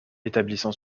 établissent